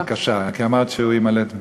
אה, בבקשה, כי אמרת שהוא ימלא את מקומה.